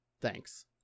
Thanks